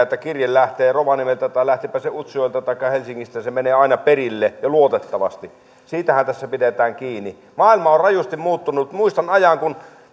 että kun kirje lähtee rovaniemeltä tai lähteepä se utsjoelta taikka helsingistä se menee aina perille ja luotettavasti siitähän tässä pidetään kiinni maailma on rajusti muuttunut muistan ajan kun